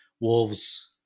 Wolves